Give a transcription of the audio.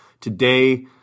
Today